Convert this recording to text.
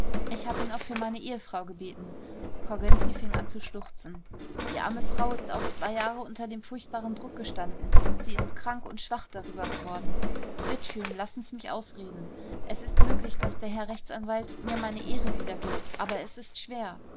ich hab ihn auch für meine ehefrau gebeten frau gönczi fing an zu schluchzen die arme frau ist auch zwei jahre unter dem furchtbaren druck gestanden sie ist krank und schwach darüber geworden bitt schön lassen's mich ausreden es ist möglich daß der herr rechtsanwalt mir meine ehre wiedergibt aber es ist schwer